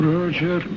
Roger